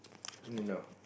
no